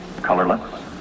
colorless